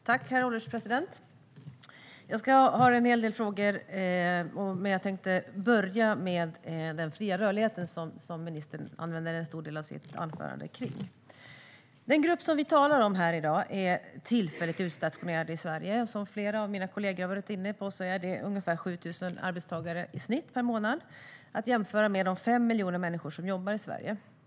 Herr ålderspresident! Jag har en hel del frågor, men jag tänkte börja med den fria rörligheten. Ministern använde en stor del av sitt anförande till att tala om den. Den grupp vi talar om i dag är tillfälligt utstationerad i Sverige. Som flera av mina kollegor har varit inne på rör det sig om i snitt ungefär 7 000 arbetstagare per månad - att jämföra med de 5 miljoner människor som jobbar i Sverige.